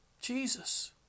Jesus